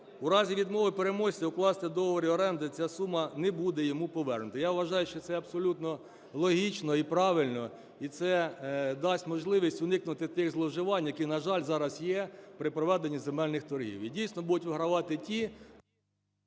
В разі відмови переможця укласти договір оренди ця сума не буде йому повернута. Я вважаю, що це абсолютно логічно і правильно. І це дасть можливість уникнути тих зловживань, які, на жаль, зараз є при проведенні земельних торгів. І, дійсно, будуть вигравати ті…